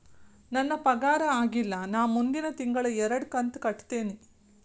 ನನ್ನ ಪಗಾರ ಆಗಿಲ್ಲ ನಾ ಮುಂದಿನ ತಿಂಗಳ ಎರಡು ಕಂತ್ ಕಟ್ಟತೇನಿ